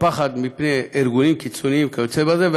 הפחד מפני ארגונים קיצוניים וכיוצא בזה,